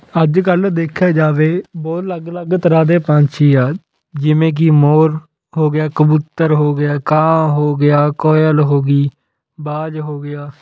ਅੱਜ ਕੱਲ੍ਹ ਦੇਖਿਆ ਜਾਵੇ ਬਹੁਤ ਅਲੱਗ ਅਲੱਗ ਤਰ੍ਹਾਂ ਦੇ ਪੰਛੀ ਆ ਜਿਵੇਂ ਕਿ ਮੋਰ ਹੋ ਗਿਆ ਕਬੂਤਰ ਹੋ ਗਿਆ ਕਾਂ ਹੋ ਗਿਆ ਕੋਇਲ ਹੋ ਗਈ ਬਾਜ ਹੋ ਗਿਆ